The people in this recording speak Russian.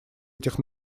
этих